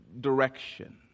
direction